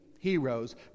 heroes